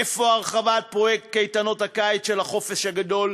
איפה הרחבת פרויקט קייטנות הקיץ של החופש הגדול,